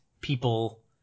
people